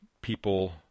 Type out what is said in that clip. people